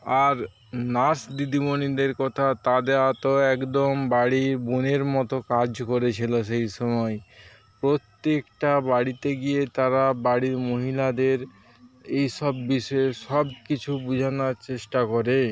আর nurse দিদিমণিদের কথা তাদের তো একদম বাড়ির বোনের মতো কাজ করেছিল সেইসময় প্রত্যেকটা বাড়িতে গিয়ে তারা বাড়ির মহিলাদের এইসব বিষয়ের সব কিছু বোঝানোর চেষ্টা করে